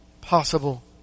possible